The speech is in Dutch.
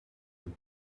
een